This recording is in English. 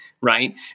Right